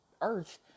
Earth